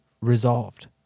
resolved